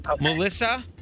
Melissa